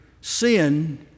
sin